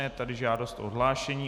Je tady žádost o odhlášení.